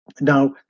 Now